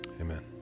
Amen